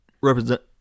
represent